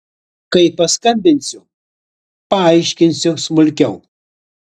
kai paskambinsiu paaiškinsiu smulkiau